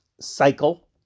cycle